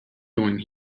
doing